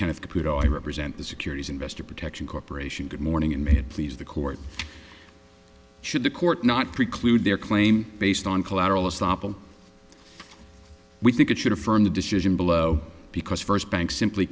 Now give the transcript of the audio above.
kind of cute i represent the securities investor protection corporation good morning and may it please the court should the court not preclude their claim based on collateral estoppel we think it should affirm the decision below because first banks simply